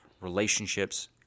relationships